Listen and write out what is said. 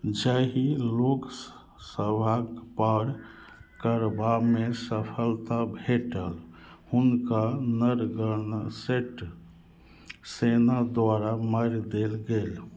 जाहि लोक सभक पर करबामे सफलता भेटल हुनका नरगनसेट सेना द्वारा मारि देल गेल